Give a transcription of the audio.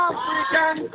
African